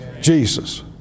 Jesus